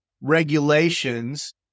regulations